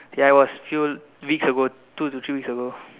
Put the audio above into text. ya it was few weeks ago two to three weeks ago